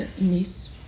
Nice